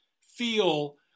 feel